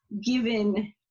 given